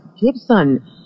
Gibson